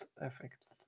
effects